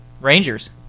Rangers